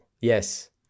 Yes